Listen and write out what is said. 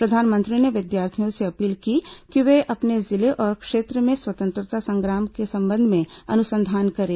प्रधानमंत्री ने विद्यार्थियों से अपील की कि वे अपने जिले और क्षेत्र में स्वतंत्रता संग्राम के संबंध में अनुसंधान करें